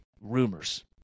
rumors